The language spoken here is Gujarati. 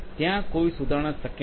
ત્યાં કોઈ સુધારણા શક્ય નથી